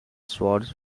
swords